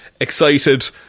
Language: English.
excited